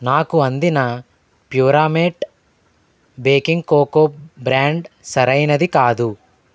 నాకు అందిన Puramate baking cocoa brand సరైనది కాదు